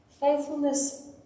Faithfulness